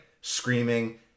screaming